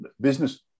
business